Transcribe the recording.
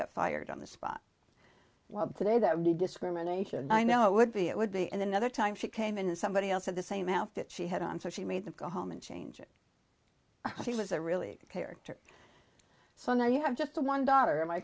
got fired on the spot well today that really discrimination and i know it would be it would be in another time she came in and somebody else had the same outfit she had on so she made them go home and change it she was a really good character so now you have just one daughter